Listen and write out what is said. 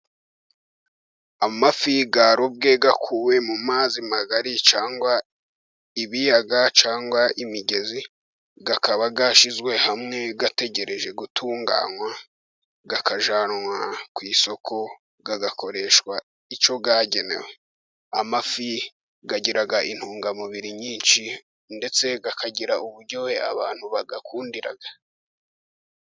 Amafi yarobwe yakuwe mu mazi magari cyangwa ibiyaga cyangwa imigezi akaba yashyizwe hamwe ategereje gutunganywa akajyanwa ku isoko agakoreshwa icyo yagenewe. Amafi agira intungamubiri nyinshi ndetse akagira uburyohe abantu bayakundira.